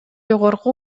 жогорку